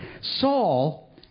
Saul